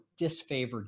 disfavored